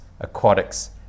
aquatics